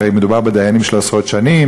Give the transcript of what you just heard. הרי מדובר בדיינים של עשרות שנים,